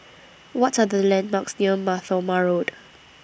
What Are The landmarks near Mar Thoma Road